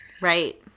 Right